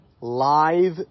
live